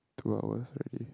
two hours right